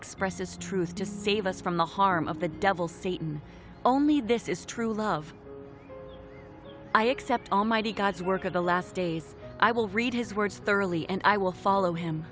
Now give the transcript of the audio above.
expresses truth to save us from the harm of the devil satan only this is true love i accept almighty god's work of the last days i will read his words thoroughly and i will follow him